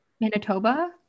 Manitoba